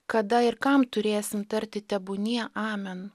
kada ir kam turėsim tarti tebūnie amen